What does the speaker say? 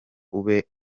ube